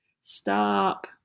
Stop